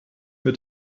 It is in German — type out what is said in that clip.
mit